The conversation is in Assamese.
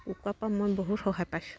কুকুৰাৰ পৰা মই বহুত সহায় পাইছোঁ